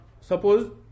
suppose